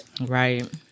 Right